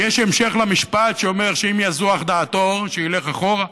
יש המשך למשפט שאומר שאם תזוח דעתו, שילך אחורה.